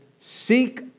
seek